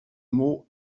mots